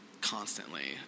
constantly